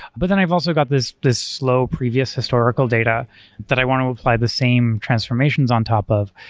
but then i've also got this this slow previous historical data that i want to apply the same transformations on top of.